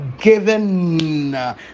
given